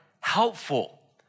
helpful